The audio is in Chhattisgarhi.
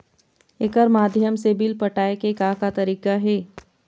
एकर माध्यम से बिल पटाए के का का तरीका हे?